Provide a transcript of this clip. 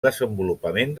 desenvolupament